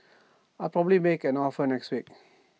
I'll probably make an offer next week